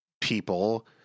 people